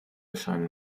scheinen